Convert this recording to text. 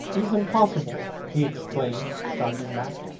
it is impossible! he exclaimed, starting back.